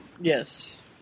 Yes